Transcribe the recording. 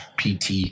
PT